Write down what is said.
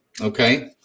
Okay